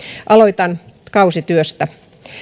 aloitan kausityöstä